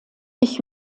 ich